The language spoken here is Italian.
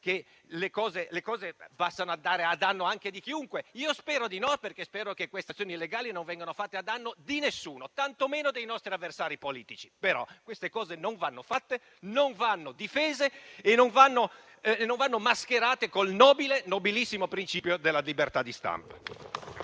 perché le cose potrebbero andare a danno di chiunque. Io spero di no, perché spero che queste azioni illegali non vengano fatte a danno di nessuno, tantomeno dei nostri avversari politici. Però, queste cose non vanno fatte, non vanno difese e non vanno mascherate col nobile, nobilissimo principio della libertà di stampa.